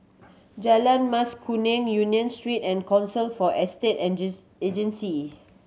Jalan Mas Kuning Union Street and Council for Estate Agencies